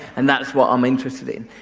and that's what i'm interested in.